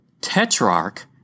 tetrarch